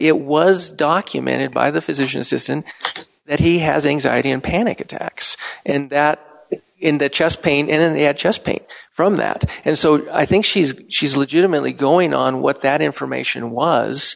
it was documented by the physician assistant that he has ngs id and panic attacks and at in the chest pain in the chest pain from that and so i think she's she's legitimately going on what that information was